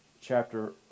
chapter